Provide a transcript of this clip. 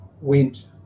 went